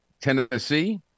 Tennessee